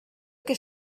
que